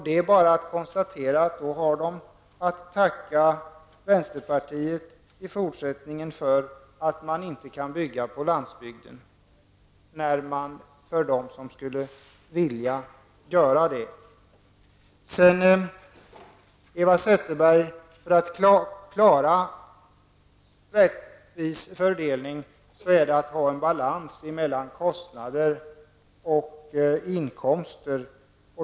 De har att tacka vänsterpartiet för att de i fortsättningen inte kan få bygga på landsbygden om de så vill. För att kunna klara en rättvis fördelning måste det vara balans mellan kostnader och inkomster.